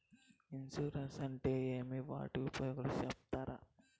Insurance అంటే ఏమి? వాటి ఉపయోగాలు సెప్తారా?